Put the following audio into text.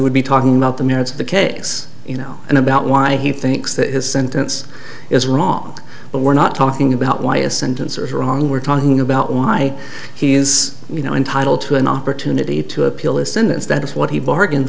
would be talking about the merits of the case you know and about why he thinks that his sentence is wrong but we're not talking about why a sentence or wrong we're talking about why he is you know entitled to an opportunity to appeal a sentence that is what he bargained